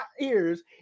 ears